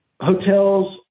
hotels